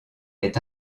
est